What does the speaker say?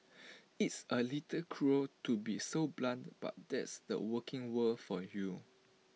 it's A little cruel to be so blunt but that's the working world for you